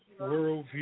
worldview